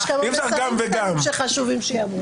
יש כמה מסרים שחשוב שיעברו.